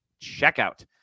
checkout